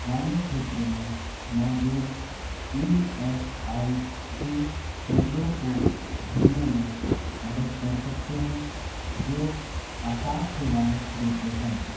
वाले क्षेत्र में मौजूद ई एस आई सी केंद्रों को ढूँढने में मदद कर सकते हैं जो आपात सेवाएँ देते हैं